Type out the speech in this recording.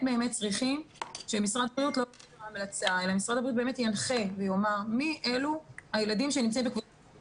צריכים שמשרד הבריאות ינחה ויאמר מי אלו הילדים שנמצאים בקבוצת סיכון